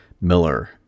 miller